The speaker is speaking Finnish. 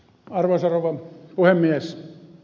arvoisa rouva puhemies